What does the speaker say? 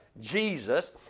Jesus